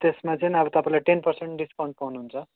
त्यसमा चाहिँ अब तपाईँलाई टेन पर्सेन्ट डिस्कउन्ट पाउनुहुन्छ